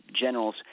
generals